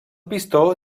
pistó